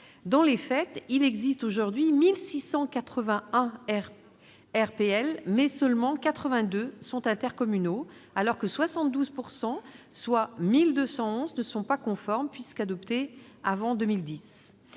Dans les faits, il existe aujourd'hui 1 681 RLP, mais seulement 82 sont intercommunaux, alors que 72 % des RLP, soit 1 211, ne sont pas conformes puisque adoptés avant 2010.